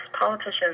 politicians